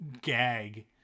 gag